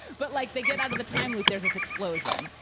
but like, they get out of the time loop, there's this explosion.